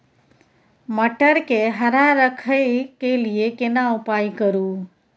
मटर के हरा रखय के लिए केना उपाय करू?